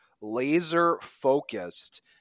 laser-focused